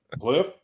Cliff